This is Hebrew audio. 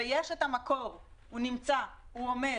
ויש את המקור, הוא נמצא, הוא עומד.